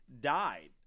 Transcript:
died